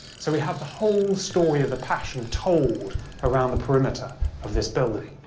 so we have the whole story of the passion told around the perimeter of this building.